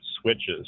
switches